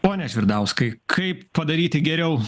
ponia žvirdauskai kaip padaryti geriau